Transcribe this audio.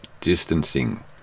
distancing